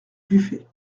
buffet